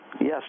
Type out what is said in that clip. Yes